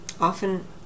often